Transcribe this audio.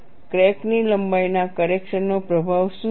crack ની લંબાઈના correction નો શું પ્રભાવ છે